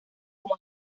como